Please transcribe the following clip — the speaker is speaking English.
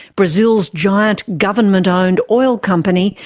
brazil's giant government-owned oil company,